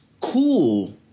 cool